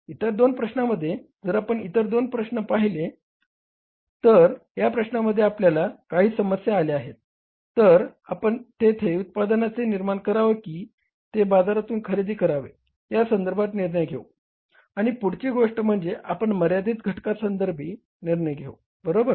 इतर दोन प्रश्नामध्ये जर आपण इतर दोन प्रश्न पाहिले तर या प्रश्नांमध्ये आपल्याला काही समस्या आल्या आहेत तर आपण येथे उत्पादनाचे निर्माण करावे की ते बाजारातून खरेदी करावे या संधर्भात निर्णय घेऊ आणि पुढची गोष्ट म्हणजे आपण मर्यादित घटकां संदर्भी निर्णय घेऊ बरोबर